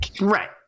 right